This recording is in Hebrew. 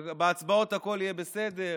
שבהצבעות הכול יהיה בסדר?